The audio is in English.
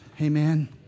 Amen